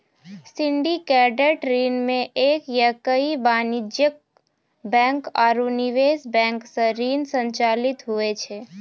syndicated ऋण मे एक या कई वाणिज्यिक बैंक आरू निवेश बैंक सं ऋण संचालित हुवै छै